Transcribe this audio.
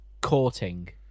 courting